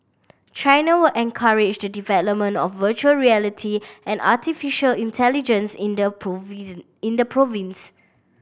China will encourage the development of virtual reality and artificial intelligence in the in the province